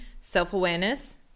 self-awareness